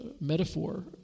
metaphor